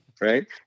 right